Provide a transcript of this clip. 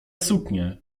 suknie